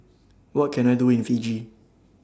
What Can I Do in Fiji